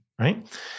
Right